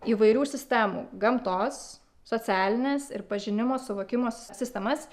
įvairių sistemų gamtos socialinės ir pažinimo suvokimo sistemas